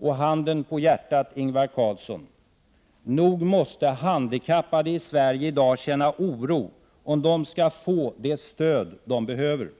Och handen på hjärtat, Ingvar Carlsson: Nog måste handikappade i Sverige i dag känna oro för om de skall få det stöd de behöver.